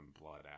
blood